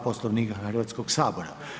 Poslovnika Hrvatskog sabora.